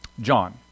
John